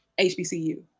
hbcu